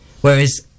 Whereas